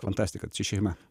fantastika čia šeima